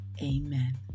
amen